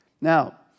Now